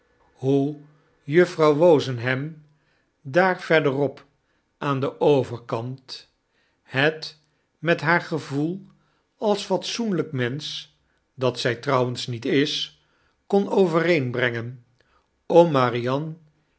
hoe juffrouw wozenham daar verderop aan den overkant het met haar gevoel als fatsoenlyk mensch dat zy trouwens niet is konovereenbrengen om marianne